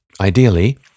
ideally